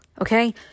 Okay